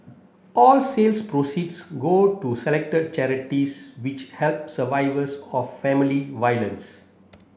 all sales proceeds go to selected charities which help survivors of family violence